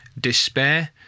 Despair